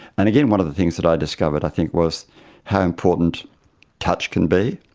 and again, one of the things that i discovered i think was how important touch can be.